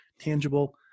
tangible